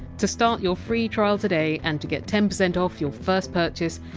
to start your free trial today, and to get ten percent off your first purchase,